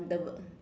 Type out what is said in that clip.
the